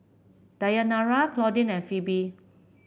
Dayanara Claudine and Phebe